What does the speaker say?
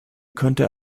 könnte